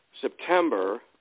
September